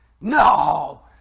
no